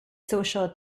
social